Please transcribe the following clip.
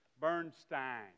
Bernstein